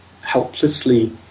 helplessly